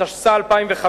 התשס"ה 2005,